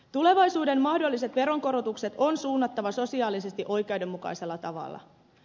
tulevaisuuden mahdolliset veronkorotukset on suunnattava sosiaalisesti oikeudenmukaisella tavalla